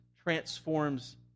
transforms